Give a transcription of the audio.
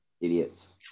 idiots